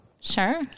Sure